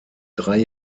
drei